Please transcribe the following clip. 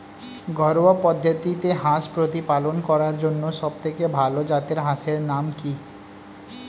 ঘরোয়া পদ্ধতিতে হাঁস প্রতিপালন করার জন্য সবথেকে ভাল জাতের হাঁসের নাম কি?